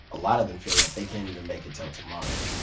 a lot of them feel like they can't even make it till tomorrow.